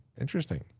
Interesting